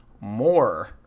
more